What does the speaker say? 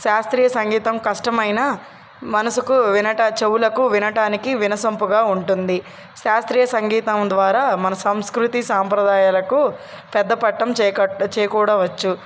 శాస్త్రీయ సంగీతం కష్టమైన మనసుకు వినట చెవులకు వినటానికి వినసొంపుగా ఉంటుంది శాస్త్రీయ సంగీతం ద్వారా మన సంస్కృతి సాంప్రదాయాలకు పెద్ద పట్టం చేకట్ చేకూడవచ్చు